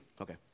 Okay